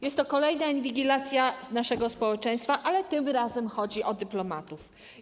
Jest to kolejna inwigilacja naszego społeczeństwa, ale tym razem chodzi o dyplomatów.